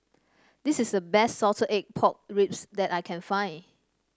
this is the best Salted Egg Pork Ribs that I can find